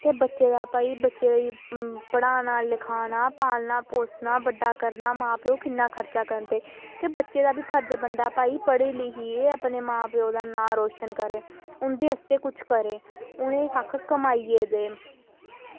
ते बच्चे दा भई बच्चे ई पढ़ाना लिखाना पालना उस दा बड्डा करना मां प्योऽ दा किन्ना खर्चा होंदा ते एह् बच्चे दा बी फर्ज़ बनदा की आं भई पढ़ी लिखियै अपने मां प्योऽ दा नाम रोशन करो उंदे आस्तै कुछ करो उनें ई कक्ख कमाइयै देन